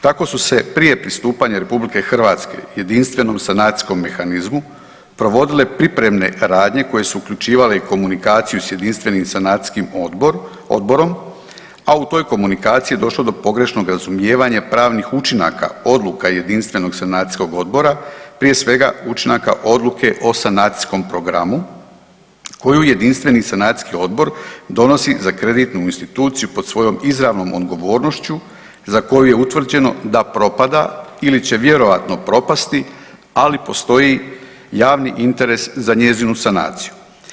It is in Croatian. Tako su se prije pristupanja Republike Hrvatske jedinstvenom sanacijskom mehanizmu provodile pripremne radnje koje su uključivale i komunikaciju sa jedinstvenim sanacijskim odborom, a u toj komunikaciji je došlo do pogrešnog razumijevanja pravnih učinaka, odluka jedinstvenog sanacijskog odbora prije svega učinaka odluke o sanacijskom programu koju jedinstveni sanacijski odbor donosi za kreditnu instituciju pod svojom izravnom odgovornošću za koju je utvrđeno da propada ili će vjerojatno propasti ali postoji javni interes za njezinu sanaciju.